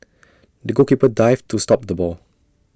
the goalkeeper dived to stop the ball